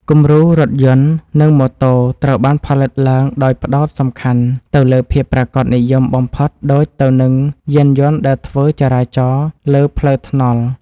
គំរូរថយន្ត និងម៉ូតូត្រូវបានផលិតឡើងដោយផ្ដោតសំខាន់ទៅលើភាពប្រាកដនិយមបំផុតដូចទៅនឹងយានយន្តដែលធ្វើចរាចរណ៍លើផ្លូវថ្នល់។